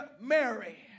Mary